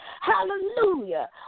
Hallelujah